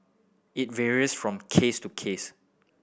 it varies from case to case